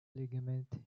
ligament